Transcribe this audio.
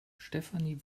stefanie